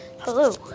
Hello